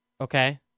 okay